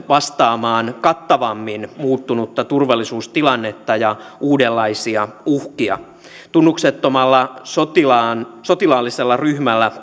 vastaamaan kattavammin muuttunutta turvallisuustilannetta ja uudenlaisia uhkia tunnuksettomalla sotilaallisella ryhmällä